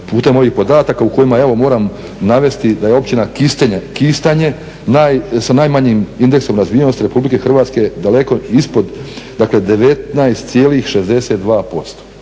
putem ovih podataka u kojima evo moram navesti da je Općina Kistanje sa najmanjim indeksom razvijenosti RH daleko ispod,